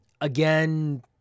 again